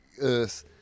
Earth